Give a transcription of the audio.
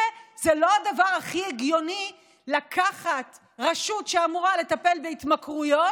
זה לא הדבר הכי הגיוני לקחת רשות שאמורה לטפל בהתמכרויות